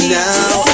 now